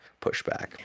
pushback